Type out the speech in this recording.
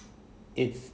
it's